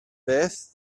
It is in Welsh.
beth